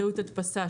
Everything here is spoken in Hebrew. טעות הדפסה,